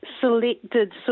selected